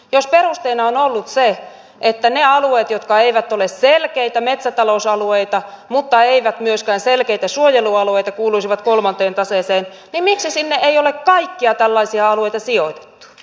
jos perusteena on ollut se että ne alueet jotka eivät ole selkeitä metsätalousalueita mutta eivät myöskään selkeitä suojelualueita kuuluisivat kolmanteen taseeseen niin miksi sinne ei ole kaikkia tällaisia alueita sijoitettu